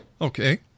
Okay